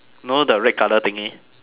know the red colour thingy